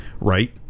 right